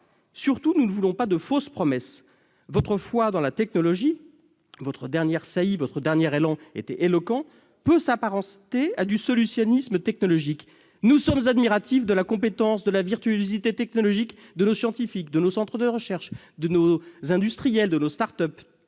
Surtout, nous ne voulons pas de fausses promesses : votre foi dans la technologie- votre dernier élan rhétorique était éloquent -s'apparente à du « solutionnisme » technologique. Nous sommes admiratifs de la compétence et de la virtuosité technologique de nos scientifiques, de nos centres de recherche, de nos industriels et de nos start-up.